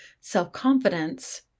Self-confidence